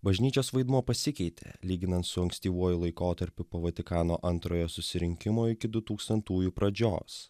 bažnyčios vaidmuo pasikeitė lyginant su ankstyvuoju laikotarpiu po vatikano antrojo susirinkimo iki du tūkstantųjų pradžios